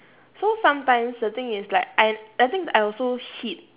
so sometimes the thing is like I I think I also hit